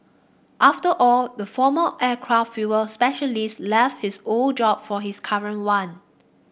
after all the former aircraft fuel specialist left his old job for his current one